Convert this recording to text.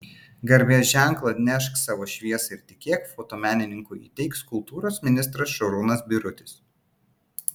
garbės ženklą nešk savo šviesą ir tikėk fotomenininkui įteiks kultūros ministras šarūnas birutis